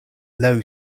low